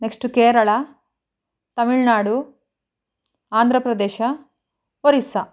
next Kerala Tamil Nadu Andhra Pradesh Orissa